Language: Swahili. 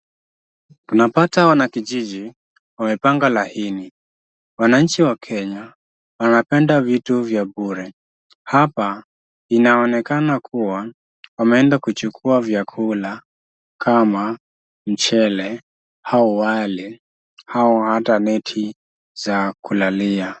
Unapata wanakijiji wamepanga laini. Wananchi wa Kenya wanapenda vitu vya bure. Hapa inaonekana kuwa wameenda kuchukua vyakula kama mchele au wali, au hata neti za kulalia.